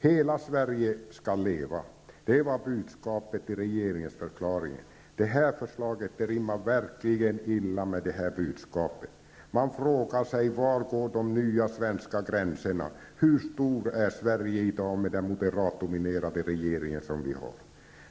Hela Sverige skall leva -- det var budskapet i regeringsförklaringen. Det här förslaget rimmar verkligen illa med det budskapet. Man frågar sig: Var går de nya svenska gränserna? Hur stort är Sverige i dag med den moderatdominerade regeringen?